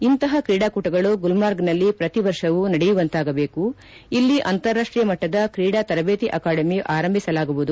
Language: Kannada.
ಇಂತಹ ಕ್ರೀಡಾಕೂಟಗಳು ಗುಲ್ಗ್ಗೆನಲ್ಲಿ ಪ್ರತಿವರ್ಷವು ನಡೆಯುವಂತಾಗಬೇಕು ಇಲ್ಲಿ ಅಂತಾರಾಷ್ಟೀಯ ಮಟ್ಟದ ಕ್ರೀಡಾ ತರದೇತಿ ಅಕಾಡೆಮಿ ಅರಂಭಿಸಲಾಗುವುದು